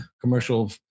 commercial